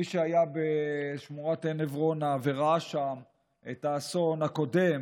מי שהיה בשמורת עין עברונה וראה שם את האסון הקודם